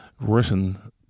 written